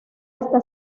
hasta